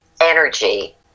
energy